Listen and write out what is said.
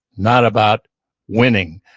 not about winning.